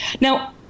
Now